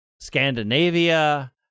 scandinavia